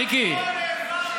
מיקי,